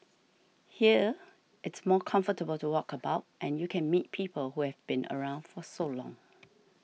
here it's more comfortable to walk about and you can meet people who have been around for so long